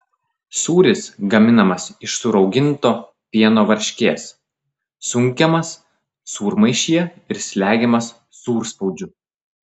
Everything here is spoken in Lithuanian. sūris gaminamas iš surauginto pieno varškės sunkiamas sūrmaišyje ir slegiamas sūrspaudžiu